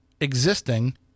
existing